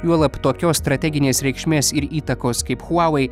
juolab tokios strateginės reikšmės ir įtakos kaip huavei